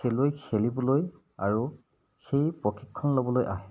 খেলুৱৈ খেলিবলৈ আৰু সেই প্ৰশিক্ষণ ল'বলৈ আহে